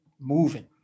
moving